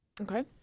okay